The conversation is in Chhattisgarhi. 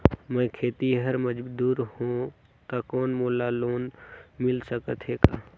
मैं खेतिहर मजदूर हों ता कौन मोला लोन मिल सकत हे का?